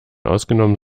ausgenommen